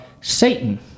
Satan